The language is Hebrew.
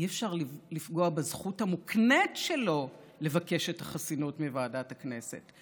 אי-אפשר לפגוע בזכות המוקנית שלו לבקש את החסינות מוועדת הכנסת.